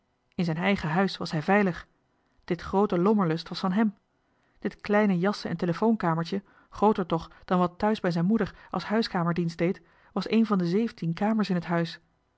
in zijn eigen huis was hij veilig dit groote lommerlust was van hem dit kleine jassen en telefoonkamertje grooter toch dan wat thuis bij zijn moeder als huiskamer dienst deed was een van de zeventien kamers in het huis